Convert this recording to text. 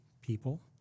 people